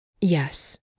Yes